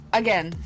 again